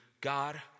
God